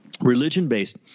religion-based